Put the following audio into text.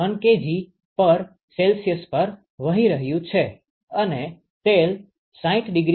1 કિગ્રાસે પર વહી રહ્યું છે અને તેલ 60℃ પર બહાર નીકળે છે